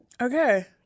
Okay